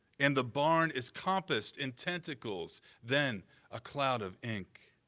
and the barn is compassed in tentacles then a cloud of ink.